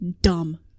dumb